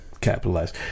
Capitalize